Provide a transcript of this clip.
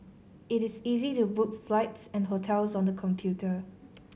it is easy to book flights and hotels on the computer